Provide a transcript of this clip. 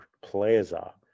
Plaza